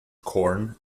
corn